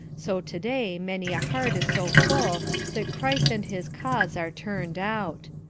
so to-day many a heart is so full that christ and his cause are turned out.